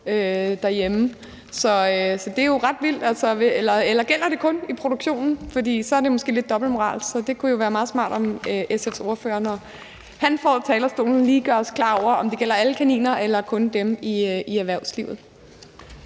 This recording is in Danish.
derhjemme. Det er jo ret vildt, eller gælder det kun i produktionen, for så er det måske lidt dobbeltmoralsk? Det kunne jo være meget smart, at SF's ordfører, når han går på talerstolen, lige gør det klart for os, om det gælder alle kaniner eller kun dem i erhvervslivet.